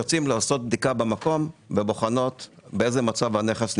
יוצאות לעשות בדיקה במקום ובוחנות באיזה מצב הנכס נמצא.